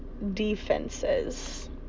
Defenses